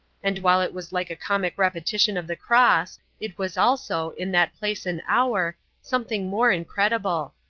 and while it was like a comic repetition of the cross, it was also, in that place and hour, something more incredible.